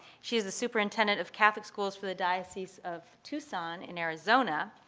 she's the superintendent of catholic schools for the diocese of tucson in arizona.